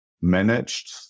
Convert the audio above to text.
managed